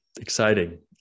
exciting